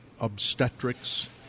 obstetrics